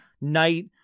night